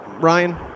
Ryan